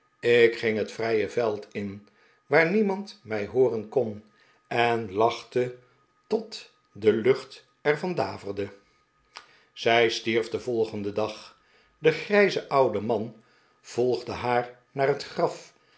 ik ging het vrije veld in waar niemand mij hooren kon en lachte tot de lucht er van daverde zij stierf den volgenden dag de gxijze oxide man volgde haar naar het graf